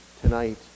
tonight